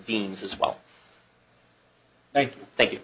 deans as well thank you